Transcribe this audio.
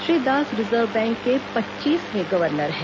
Shri Das Reserve Bank के पच्चीसवें governor हैं